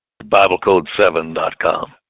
biblecode7.com